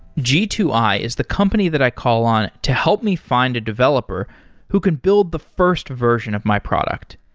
g two i is the company that i call on to help me find a developer who can build the first version of my product.